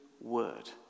word